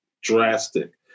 drastic